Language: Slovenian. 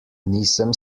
nisem